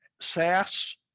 SaaS